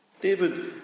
David